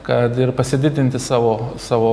kad ir pasididinti savo savo